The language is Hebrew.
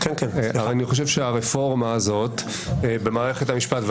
אני חושב שהרפורמה הזאת במערכת המשפט,